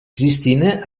cristina